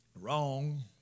Wrong